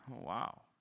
Wow